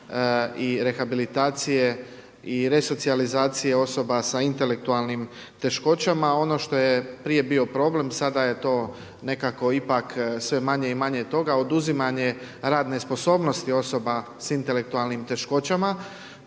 i rehabilitacije i resocijalizacije osoba sa intelektualnim teškoćama. Ono što je prije bio problem, sada je to nekako ipak sve manje i manje toga, oduzimanje radne sposobnosti osoba sa intelektualnim teškoćama